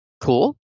Cool